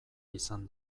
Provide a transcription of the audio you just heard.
izan